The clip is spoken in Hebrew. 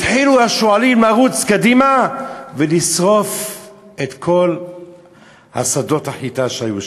התחילו השועלים לרוץ קדימה ולשרוף את כל שדות החיטה שהיו שם.